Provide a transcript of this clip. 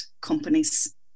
companies